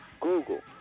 Google